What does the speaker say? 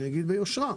אגיד ביושרה,